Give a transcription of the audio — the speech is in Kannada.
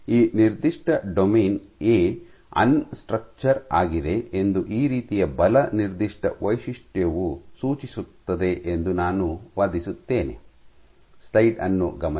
ಈ ನಿರ್ದಿಷ್ಟ ಡೊಮೇನ್ ಎ ಅನ್ ಸ್ಟ್ರಕ್ಚರ್ ಆಗಿದೆ ಎಂದು ಈ ರೀತಿಯ ಬಲ ನಿರ್ದಿಷ್ಟ ವೈಶಿಷ್ಟ್ಯವು ಸೂಚಿಸುತ್ತದೆ ಎಂದು ನಾನು ವಾದಿಸುತ್ತೇನೆ